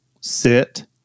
sit